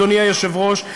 אדוני היושב-ראש,